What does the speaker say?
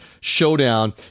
showdown